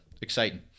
exciting